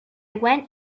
went